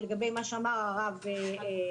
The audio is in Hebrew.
לגבי מה שאמר הרב אשר,